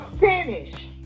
finish